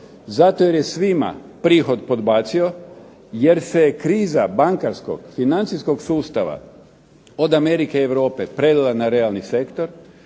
zato jer je svima prihod podbacio, jer se kriza bankarskog financijskog sustava od Amerike, Europe prelila na realni sektor.